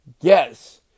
Yes